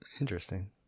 Interesting